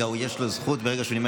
אתה חייב?